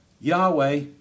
Yahweh